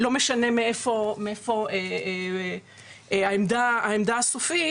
לא משנה מהי העמדה הסופית,